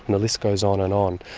the list goes on and on.